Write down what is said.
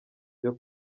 byo